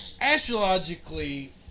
astrologically